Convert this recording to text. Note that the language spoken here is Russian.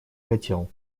хотел